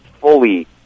fully